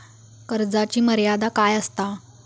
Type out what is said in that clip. कर्जाची मर्यादा काय असता?